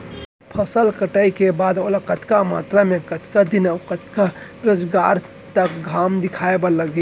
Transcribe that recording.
फसल कटाई के बाद ओला कतका मात्रा मे, कतका दिन अऊ कतका बेरोजगार तक घाम दिखाए बर लागही?